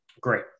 Great